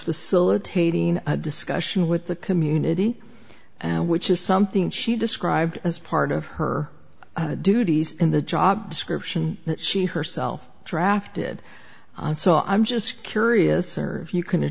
facilitating a discussion with the community which is something she described as part of her duties in the job description that she herself drafted and so i'm just curious serve you can